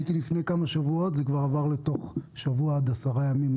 לפני כמה שבועות הייתי וראיתי שזה כבר בין שבוע עד 10 ימים.